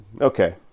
Okay